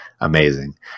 amazing